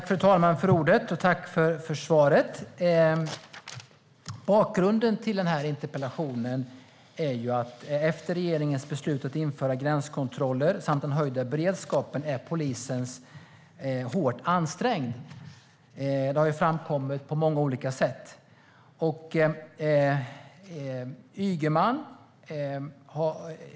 Fru talman! Tack för svaret! Bakgrunden till min interpellation är att efter regeringens beslut att införa gränskontroller samt den höjda beredskapen är polisen hårt ansträngd. Det har framkommit på många olika sätt.